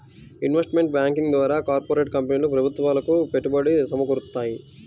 investment banking ద్వారా corporate కంపెనీలు ప్రభుత్వాలకు పెట్టుబడి సమకూరుత్తాయి